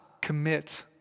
commit